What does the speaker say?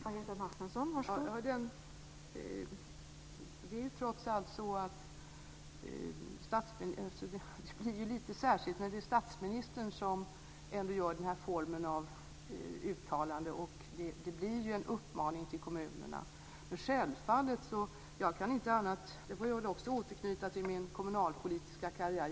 Fru talman! Det är ju trots allt så att det blir lite speciellt när det är statsministern som gör den här formen av uttalande. Det blir ju en uppmaning till kommunerna. Jag kan återknyta till min kommunalpolitiska karriär.